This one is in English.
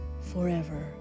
Forever